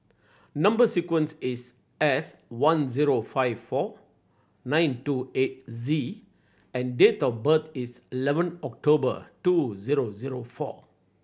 number sequence is S one zero five four nine two eight Z and date of birth is eleven October two zero zero four